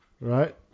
Right